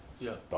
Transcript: ya